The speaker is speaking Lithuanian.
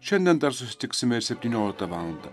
šiandien dar susitiksime ir septynioliktą valandą